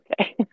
okay